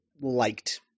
liked